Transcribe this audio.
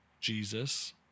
Jesus